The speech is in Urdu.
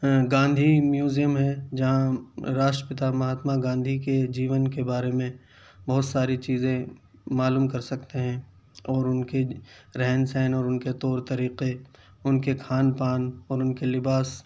گاندھی میوزیم ہے جہاں راشٹر پتا مہاتما گاندھی کے جیون کے بارے میں بہت ساری چیزیں معلوم کر سکتے ہیں اور ان کی رہن سہن اور ان کے طور طریقے ان کے کھان پان اور ان کے لباس